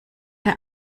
der